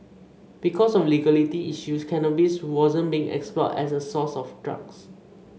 because of legality issues cannabis wasn't being explored as a source for drugs